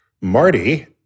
Marty